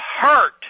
hurt